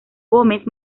gómez